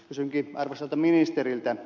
kysynkin arvoisalta ministeriltä